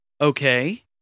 Okay